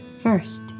First